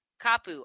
Kapu